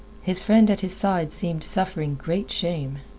his friend at his side seemed suffering great shame.